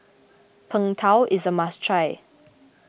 Png Tao is a must try